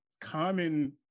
common